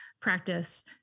practice